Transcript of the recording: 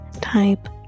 type